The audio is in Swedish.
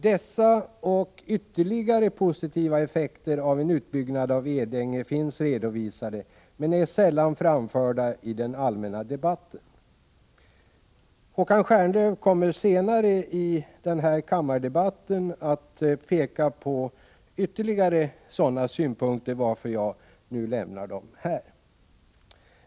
Dessa och ytterligare positiva effekter av en utbyggnad av Edänge finns redovisade men är sällan framförda i den allmänna debatten. Håkan Stjernlöf kommer att senare i debatten utveckla en del synpunkter, varför jag lämnar frågan här.